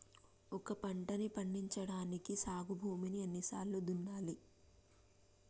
ఒక పంటని పండించడానికి సాగు భూమిని ఎన్ని సార్లు దున్నాలి?